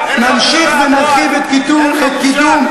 שאתם העליתם,